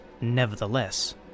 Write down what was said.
nevertheless